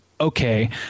okay